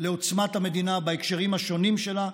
לעוצמת המדינה בהקשרים השונים שלה,